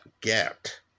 get